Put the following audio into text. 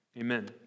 Amen